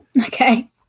Okay